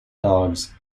dogs